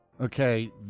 okay